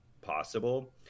Possible